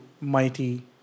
mighty